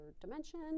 dimension